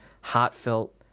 heartfelt